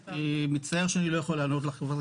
אני מצטער שאני לא יכול לענות לך חברת הכנסת.